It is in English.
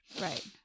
Right